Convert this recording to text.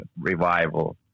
revival